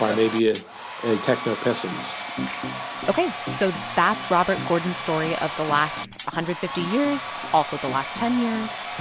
i may be ah a techno pessimist ok. so that's robert gordon's story of the last hundred and fifty years, also the last ten years.